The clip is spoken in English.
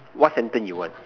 what sentence you want